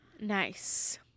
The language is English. Nice